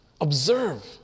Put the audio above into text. Observe